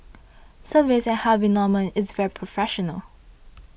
service at Harvey Norman is very professional